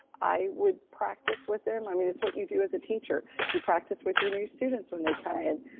i would practice with them. i mean, it's what you do as a teacher, you practice with your new students when they come kind of in.